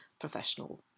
professional